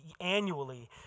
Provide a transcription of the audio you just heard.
annually